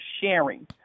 sharing